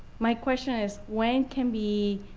my question is, when can be